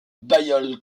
balliol